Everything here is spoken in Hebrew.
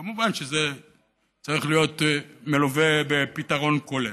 כמובן, זה צריך להיות מלווה בפתרון כולל.